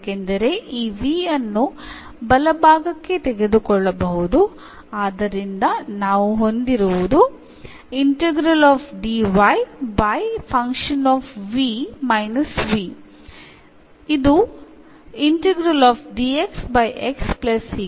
ഈ യെ നമുക്ക് വലതുവശത്തേക്ക് കൊണ്ടുപോകാൻ കഴിയും അതിനാൽ നമുക്ക് എന്നുണ്ട്